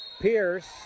Pierce